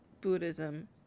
Buddhism